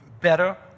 better